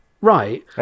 right